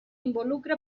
involucra